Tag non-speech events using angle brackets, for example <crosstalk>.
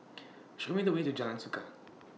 <noise> Show Me The Way to Jalan Suka